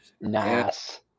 Nice